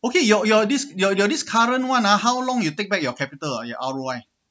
okay your your this your your this current one ah how long you take back your capital ah your R_O_I